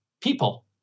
people